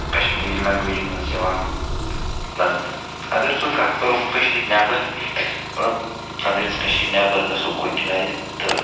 Kashmiri language منٛز یِوان لبنہٕ اگر سُہ کَتھ کَرو کٔشیٖرِ نٮ۪بر مطلب اگر أسۍ کٔشیٖرِ نٮ۪بر گَژھو کُنہِ جاے تہٕ